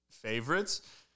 favorites